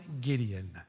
Gideon